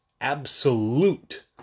absolute